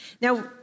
Now